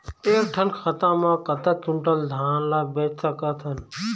एक ठन खाता मा कतक क्विंटल धान ला बेच सकथन?